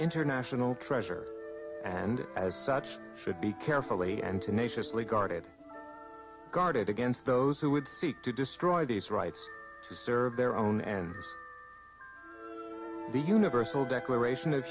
international treasure and as such should be carefully and tenaciously guarded guarded against those who would seek to destroy these rights to serve their own ends the universal declaration of